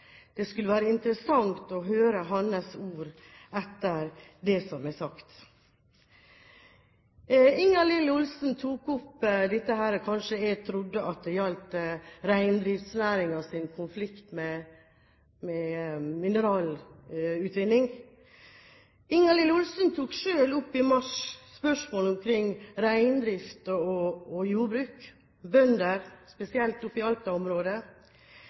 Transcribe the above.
sagt. Ingalill Olsen tok opp dette med at jeg kanskje var bekymret når det gjaldt reindriftsnæringens konflikt med mineralutvinningen. Ingalill Olsen tok selv i mars opp spørsmål omkring reindrift og jordbruk, spesielt bønder